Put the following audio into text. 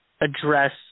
address